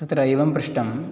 तत्र एवं पृष्टं